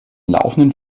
laufenden